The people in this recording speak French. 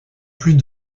plus